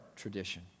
Tradition